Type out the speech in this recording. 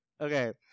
okay